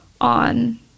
on